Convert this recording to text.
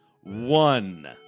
one